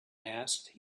asked